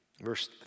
Verse